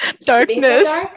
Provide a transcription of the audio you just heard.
darkness